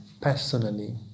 personally